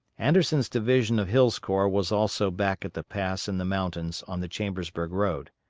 anderson's division of hill's corps was also back at the pass in the mountains on the chambersburg road.